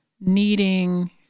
needing